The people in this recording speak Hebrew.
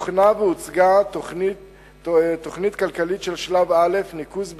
הוכנה והוצגה תוכנית כלכלית של שלב א' ניקוז בלבד,